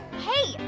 hey,